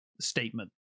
statement